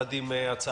יחד עם הצעה